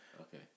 Okay